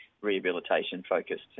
rehabilitation-focused